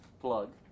plug